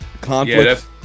conflict